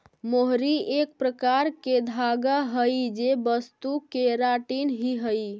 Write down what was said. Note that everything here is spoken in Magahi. मोहरी एक प्रकार के धागा हई जे वस्तु केराटिन ही हई